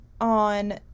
on